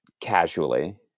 casually